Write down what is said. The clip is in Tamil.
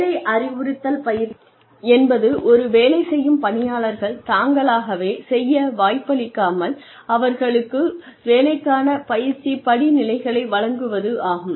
வேலை அறிவுறுத்தல் பயிற்சி என்பது ஒரு வேலை செய்யும் பணியாளர்கள் தாங்களாகவே செய்ய வாய்ப்பளிக்கமல் அவர்களுக்கு வேலைக்கான பயிற்சி படி நிலைகளை வழங்குவது ஆகும்